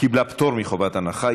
קיבלה פטור מחובת הנחה.